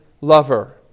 lover